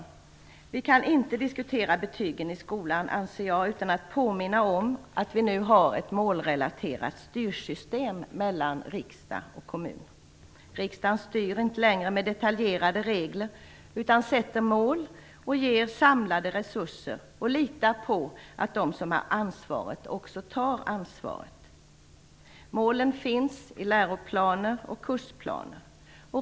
Vi kan inte diskutera betygen i skolan utan att påminna om att vi nu har ett målrelaterat styrsystem mellan riksdagen och kommunerna. Riksdagen styr inte längre med detaljerade regler utan sätter upp mål och ger samlade resurser och litar på att de som har ansvaret också tar ansvaret. Målen finns i läroplaner och kursplaner.